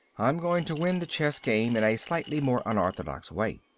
i'm going to win the chess game in a slightly more unorthodox way.